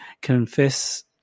Confess